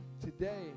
today